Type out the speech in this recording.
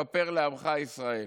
כפר לעמך ישראל"?